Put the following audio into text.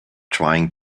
trying